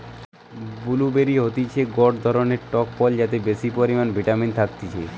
blue বেরি হতিছে গটে ধরণের টক ফল যাতে বেশি পরিমানে ভিটামিন থাকতিছে